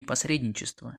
посредничество